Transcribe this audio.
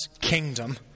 kingdom